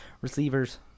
receivers